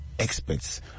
Experts